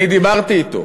אני דיברתי אתו".